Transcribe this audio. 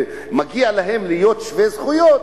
ומגיע להם להיות שווי-זכויות,